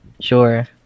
sure